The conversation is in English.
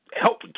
help